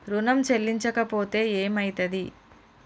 ఋణం చెల్లించకపోతే ఏమయితది?